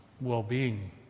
well-being